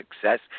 success